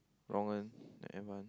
Rong-En the advance